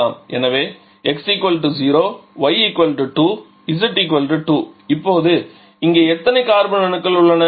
இங்கே கூட நாம் R022 எழுதலாம் எனவே x 0 y 2 z 2 இப்போது இங்கே எத்தனை கார்பன் அணுக்கள் உள்ளன